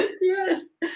Yes